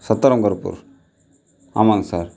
சத்திரம் கருப்பூர் ஆமாங்க சார்